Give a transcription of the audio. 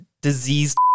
diseased